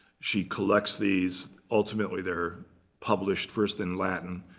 she collects these. ultimately, they're published, first in latin.